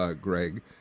Greg